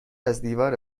ازدیوار